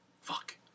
Fuck